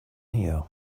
here